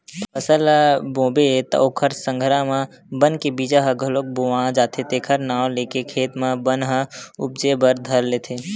फसल ल बोबे त ओखर संघरा म बन के बीजा ह घलोक बोवा जाथे जेखर नांव लेके खेत म बन ह उपजे बर धर लेथे